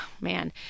man